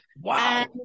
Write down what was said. Wow